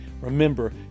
Remember